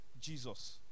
Jesus